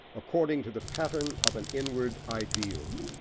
according to the pattern of an inward ideal.